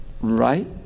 Right